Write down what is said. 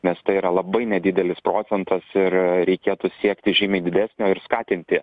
nes tai yra labai nedidelis procentas ir reikėtų siekti žymiai didesnio ir skatinti